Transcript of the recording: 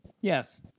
Yes